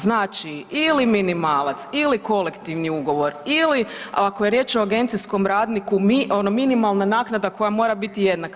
Znači ili minimalac ili kolektivni ugovor ili ako je riječ o agencijskom radniku ono minimalna naknada koja mora biti jednaka.